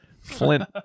flint